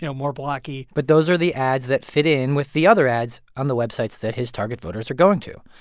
you know more blocky but those are the ads that fit in with the other ads on the websites that his target voters are going to.